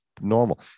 normal